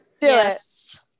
Yes